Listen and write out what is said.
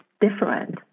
different